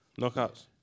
Knockouts